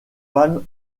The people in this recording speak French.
femme